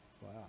Wow